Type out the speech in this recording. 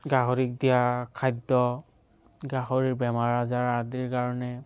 গাহৰিক দিয়া খাদ্য গাহৰিৰ বেমাৰ আজাৰ আদিৰ কাৰণে